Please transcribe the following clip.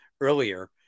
earlier